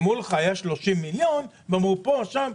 אמרו לך היה 30 מיליון ופה ושם,